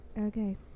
Okay